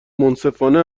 منصفانه